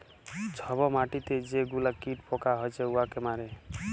ছব মাটিতে যে গুলা কীট পকা হছে উয়াকে মারে